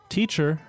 Teacher